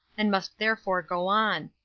and must therefore go on.